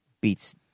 beats